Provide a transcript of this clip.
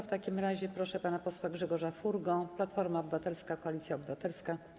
W takim razie proszę pana posła Grzegorza Furgę, Platforma Obywatelska - Koalicja Obywatelska.